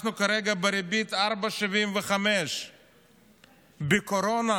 אנחנו כרגע בריבית של 4.75%. בקורונה